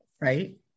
right